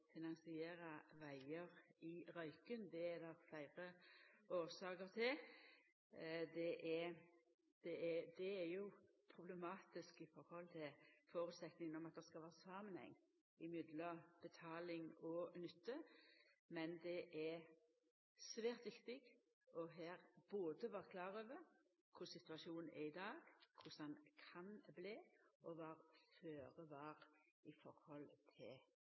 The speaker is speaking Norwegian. i Røyken. Det er det fleire årsaker til. Det er problematisk i forhold til føresetnaden om at det skal vera samanheng mellom betaling og nytte. Men det er svært viktig her både å vera klar over korleis situasjonen er i dag, og korleis han kan bli, og vera føre var når det gjeld tiltak. «Det er en fallitterklæring for landets langsiktige veiplanlegging at vi er nødt til